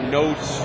notes